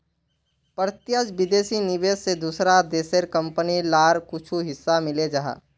प्रत्यक्ष विदेशी निवेश से दूसरा देशेर कंपनी लार कुछु हिस्सा मिले जाहा